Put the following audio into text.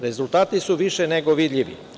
Rezultati su više nego vidljivi.